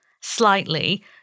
slightly